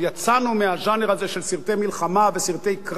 יצאנו מהז'אנר הזה של סרטי מלחמה וסרטי קרב,